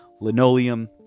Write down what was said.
Linoleum